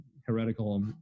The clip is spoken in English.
heretical